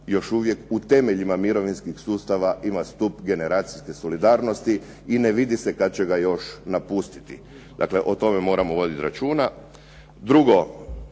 još uvijek u temeljima mirovinskih sustava ima stup generacijske solidarnosti i ne vidi se kada će ga još napustiti. Dakle, o tome moramo voditi računa. Drugo,